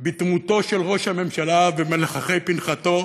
בדמותו של ראש הממשלה ומלחכי פנכתו